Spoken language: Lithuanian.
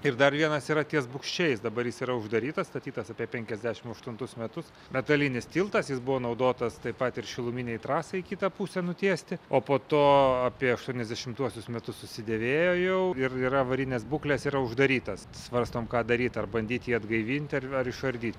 ir dar vienas yra ties bugščiais dabar jis yra uždarytas statytas apie penkiasdešim aštuntus metus metalinis tiltas jis buvo naudotas taip pat ir šiluminei trasai kitą pusę nutiesti o po to apie aštuoniasdešimtuosius metus susidėvėjo jau ir yra avarinės būklės yra uždarytas svarstom ką daryti ar bandyti atgaivinti ar išardyt